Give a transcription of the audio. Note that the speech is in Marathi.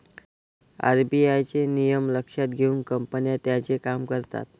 आर.बी.आय चे नियम लक्षात घेऊन कंपन्या त्यांचे काम करतात